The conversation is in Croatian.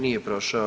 Nije prošao.